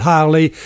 Harley